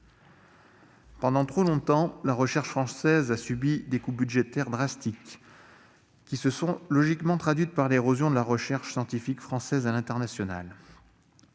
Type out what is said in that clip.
Pendant trop longtemps, la recherche française a subi des coupes budgétaires drastiques, qui se sont logiquement traduites par l'érosion de la recherche scientifique française à l'international.